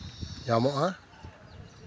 ᱧᱟᱢᱚᱜᱼᱟ